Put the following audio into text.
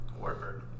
Warbird